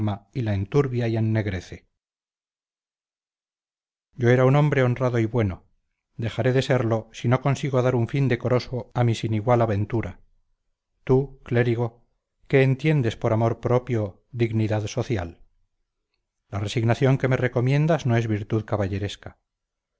y la enturbia y ennegrece yo era un hombre honrado y bueno dejaré de serlo si no consigo dar un fin decoroso a mi sin igual aventura tú clérigo qué entiendes por amor propio dignidad social la resignación que me recomiendas no es virtud